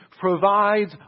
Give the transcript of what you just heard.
provides